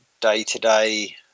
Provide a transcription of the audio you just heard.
day-to-day